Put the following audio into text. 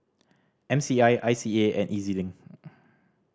M C I I C A and E Z Link